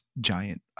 giant